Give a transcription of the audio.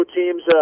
teams